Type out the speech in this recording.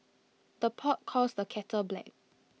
the pot calls the kettle black